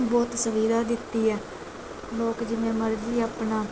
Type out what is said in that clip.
ਬਹੁਤ ਤਸਵੀਰ ਦਿੱਤੀ ਹੈ ਲੋਕ ਜਿੰਨੇ ਮਰਜ਼ੀ ਆਪਣਾ